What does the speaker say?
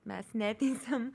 mes neteisiam